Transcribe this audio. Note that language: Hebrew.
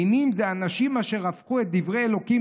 מינים הם אנשים אשר הפכו את דברי אלוקים